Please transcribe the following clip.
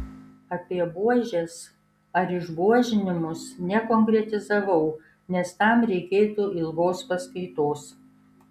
apie buožes ar išbuožinimus nekonkretizavau nes tam reikėtų ilgos paskaitos